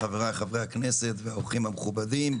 חבריי חברי הכנסת והאורחים המכובדים,